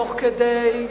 תוך כדי,